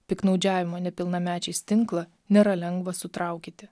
piktnaudžiavimo nepilnamečiais tinklą nėra lengva sutraukyti